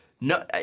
No